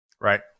Right